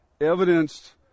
evidenced